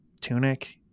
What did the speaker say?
Tunic